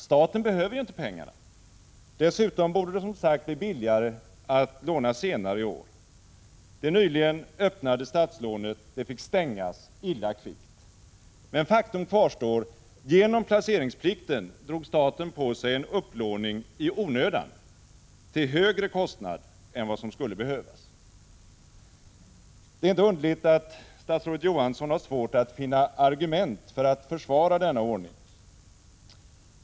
Staten behöver ju inte pengarna. Dessutom vore det, som sagt, billigare att låna senare i år. Det nyligen öppnade statslånet fick stängas illa kvickt. Men faktum kvarstår: genom placeringsplikten drog staten på sig en upplåning i onödan, till högre kostnad än vad som skulle behövas. Det är inte underligt att statsrådet Johansson har svårt att finna argument för att försvara denna ordning.